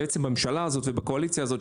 בממשלה הזאת ובקואליציה הזאת,